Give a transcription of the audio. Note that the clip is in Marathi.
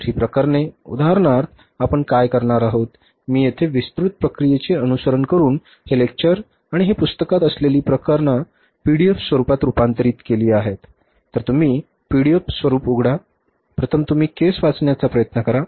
तर ही प्रकरणे उदाहरणार्थ आपण काय करणार आहोत मी येथे विस्तृत प्रक्रियेचे अनुसरण करून हे लेक्चर आणि ही पुस्तकात असलेली प्रकरणात पीडीएफ स्वरूपात रूपांतरित केले आहे तर तुम्ही पीडीएफ स्वरूप उघडा प्रथम तुम्ही केस वाचण्याचा प्रयत्न करा